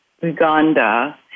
Uganda